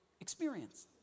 experience